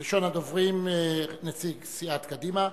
ראשון הדוברים, נציג סיעת קדימה,